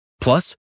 Plus